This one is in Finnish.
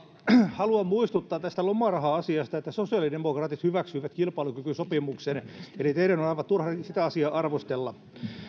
haluan muistuttaa tästä lomaraha asiasta että sosiaalidemokraatit hyväksyivät kilpailukykysopimuksen eli teidän on aivan turha sitä asiaa arvostella